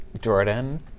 Jordan